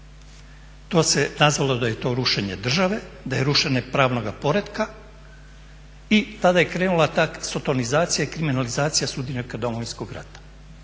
To se nazvalo da je to rušenje države, da je rušenje pravnoga poretka i tada je krenula ta sotonizacija i kriminalizacija sudionika Domovinskog rata.